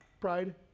Pride